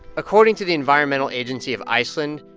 according to the environmental agency of iceland,